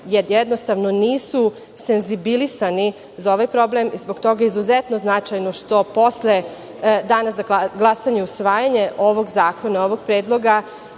jednostavno nisu senzibilisani za ovaj problem i zbog toga je izuzetno značajno što posle dana za glasanje za usvajanje ovog zakona, ovog predloga